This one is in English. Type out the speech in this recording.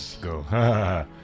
Go